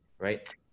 Right